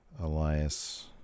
Elias